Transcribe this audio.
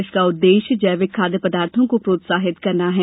इसका उद्देश्य जैविक खाद्य पदार्थो को प्रोत्साहित करना है